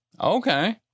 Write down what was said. okay